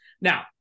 now